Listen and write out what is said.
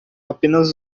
apenas